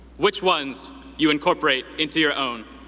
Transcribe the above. which ones you incorporate into your own.